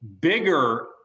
bigger